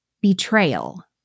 betrayal